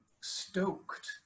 stoked